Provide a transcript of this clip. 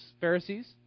Pharisees